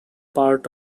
part